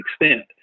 extent